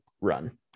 Run